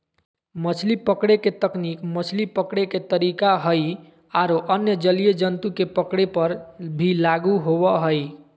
मछली पकड़े के तकनीक मछली पकड़े के तरीका हई आरो अन्य जलीय जंतु के पकड़े पर भी लागू होवअ हई